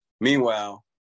Meanwhile